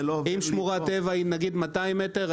אם שמורת טבע היא נגיד 200 מטר,